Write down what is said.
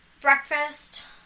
Breakfast